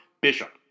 Bishop